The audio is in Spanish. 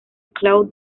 claude